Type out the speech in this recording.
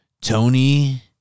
Tony